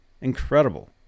Incredible